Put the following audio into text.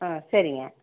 ஆ சரிங்க